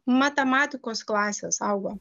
matematikos klasės augo